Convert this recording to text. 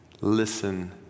listen